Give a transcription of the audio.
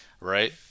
Right